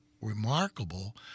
remarkable